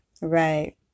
Right